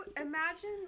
Imagine